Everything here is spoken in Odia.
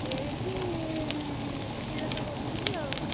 ଏଇଠି ରୋଷେଇ ବାସ କରୁଥିଲି ଆଉ